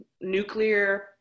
Nuclear